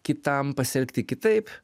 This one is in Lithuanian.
kitam pasielgti kitaip